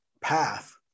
path